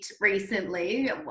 recently